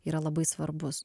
yra labai svarbus